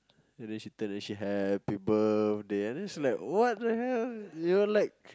and then she turn and she like happy birthday and then like she what the hell you know like